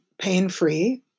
pain-free